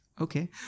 Okay